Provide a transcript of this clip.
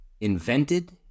invented